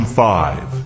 five